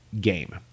game